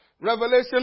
Revelation